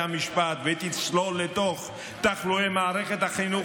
המשפט ותצלול לכל תחלואי מערכת החינוך,